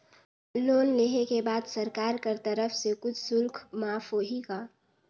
Loan लेहे के बाद सरकार कर तरफ से कुछ शुल्क माफ होही का?